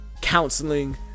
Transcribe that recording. counseling